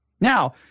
Now